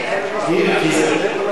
מי שרודף,